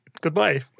Goodbye